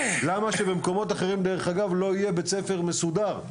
למה שבמקומות אחרים לא יהיה בית ספר מסודר?